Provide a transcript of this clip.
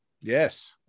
Yes